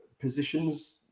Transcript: positions